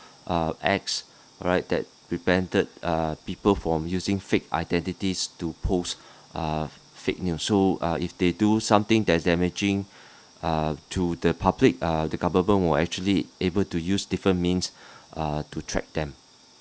uh axe alright that prevented uh people from using fake identities to post uh fake news so uh if they do something that's damaging uh to the public uh the government would actually able to use different means uh to track them